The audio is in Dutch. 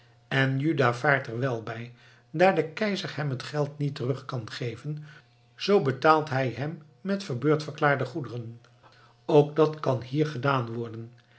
en juda vaart er wel bij daar de keizer hem het geld niet terug kan geven zoo betaalt hij hem met verbeurdverklaarde goederen ook dat kan hier gedaan worden